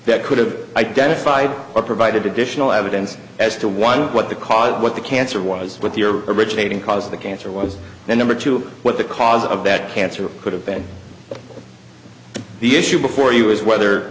that could have identified a provided additional evidence as to one what the cause what the cancer was with your originating cause the cancer was the number two what the cause of that cancer could have been the issue before you is whether